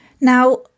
Now